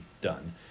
done